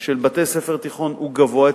של בתי-ספר תיכון אצלנו הוא גבוה.